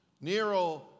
Nero